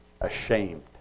ashamed